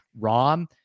Rom